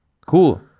Cool